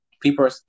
people